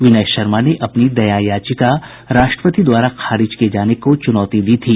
विनय शर्मा ने अपनी दया याचिका राष्ट्रपति द्वारा खारिज किये जाने को चुनौती दी थी